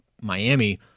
Miami